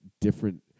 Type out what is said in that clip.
different